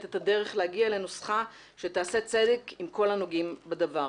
את הדרך להגיע לנוסחה שתעשה צדק עם כל הנוגעים בדבר.